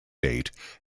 date